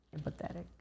empathetic